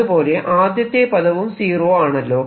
അതുപോലെ ആദ്യത്തെ പദവും സീറോ ആണല്ലോ